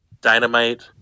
dynamite